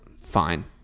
fine